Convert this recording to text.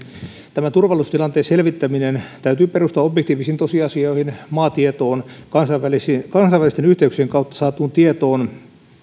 tämän turvallisuustilanteen selvittämisen täytyy perustua objektiivisiin tosiasioihin maatietoon kansainvälisten yhteyksien kautta saatuun tietoon